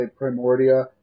Primordia